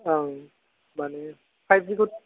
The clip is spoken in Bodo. ओं माने फाइभजिबो